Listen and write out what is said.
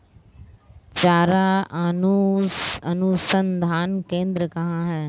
चारा अनुसंधान केंद्र कहाँ है?